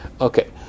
Okay